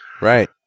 Right